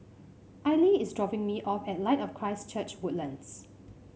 Aili is dropping me off at Light of Christ Church Woodlands